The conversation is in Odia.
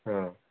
ହଁ